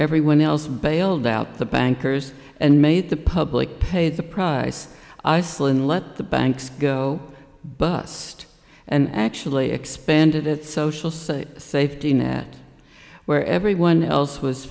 everyone else bailed out the bankers and made the public pay the price iceland let the banks go bust and actually expanded its social say safety net where everyone else was